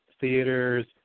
theaters